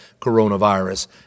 coronavirus